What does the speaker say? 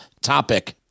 topic